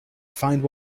find